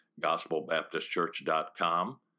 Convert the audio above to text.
gospelbaptistchurch.com